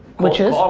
which is?